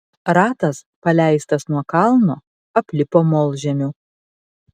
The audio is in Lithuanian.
ratas paleistas nuo kalno aplipo molžemiu